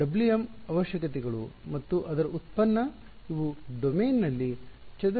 ಆದ್ದರಿಂದ ನನ್ನ ಪ್ರಕಾರ Wm ಅವಶ್ಯಕತೆಗಳು ಮತ್ತು ಅದರ ಉತ್ಪನ್ನ ಇವು ಡೊಮೇನ್ನಲ್ಲಿ ಚದರ ಸಂಯೋಜನೆಯಾಗಿರಬೇಕು